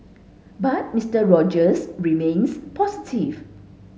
but Mister Rogers remains positive